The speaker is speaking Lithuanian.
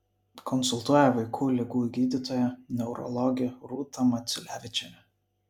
konsultuoja vaikų ligų gydytoja neurologė rūta maciulevičienė